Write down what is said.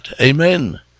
Amen